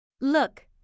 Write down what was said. Look